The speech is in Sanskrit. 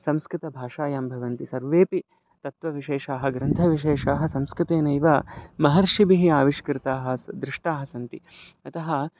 संस्कृतभाषायां भवन्ति सर्वेपि तत्त्वविशेषाः ग्रन्थविशेषाः संस्कृतेनैव महर्षिभिः आविष्कृताः स् दृष्टाः सन्ति अतः